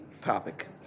topic